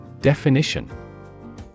Definition